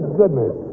goodness